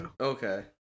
Okay